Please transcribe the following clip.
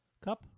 cup